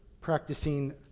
practicing